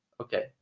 Okay